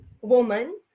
woman